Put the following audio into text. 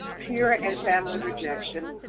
peer and family rejection,